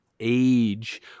Age